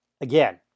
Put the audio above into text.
again